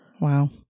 Wow